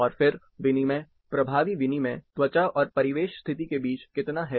और फिर विनिमय प्रभावी विनिमय त्वचा और परिवेश स्थिति के बीच कितना है